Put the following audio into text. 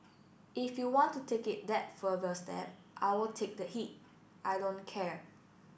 if you want to take it that further step I will take the heat I don't care